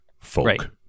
folk